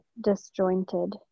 disjointed